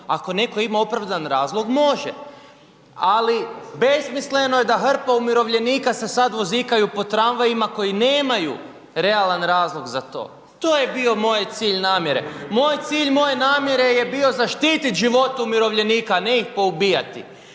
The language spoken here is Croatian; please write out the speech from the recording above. ako neko ima opravdan razlog može. Ali besmisleno je da hrpa umirovljenika se sada vozikaju po tramvajima koji nemaju realan razlog za to, to je bio moj cilj namjere. Moj cilj moje namjere je bio zaštiti živote umirovljenika, a ne ih poubijati.